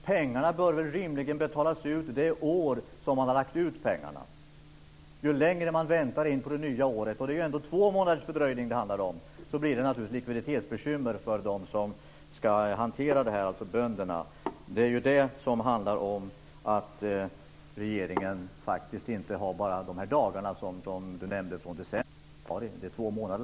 Ersättningarna bör väl rimligen utbetalas det år då pengarna har lagts ut. Ju längre man väntar in på det nya året - och det handlade ju ändå om två månders fördröjning - desto större blir naturligtvis likviditetsbekymren för de bönder som ska hantera detta. Det gäller inte bara de få dagarna från december till januari, utan det handlar om två månader.